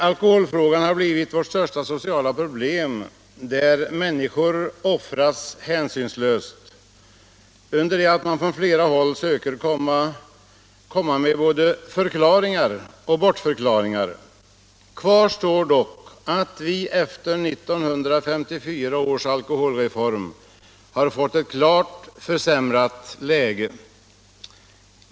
Alkoholfrågan har blivit vårt största sociala problem, där människor offras hänsynslöst, under det att man från flera håll söker komma med både förklaringar och bortförklaringar. Kvar står dock att vi efter 1954 års alkoholreform har fått ett klart försämrat läge.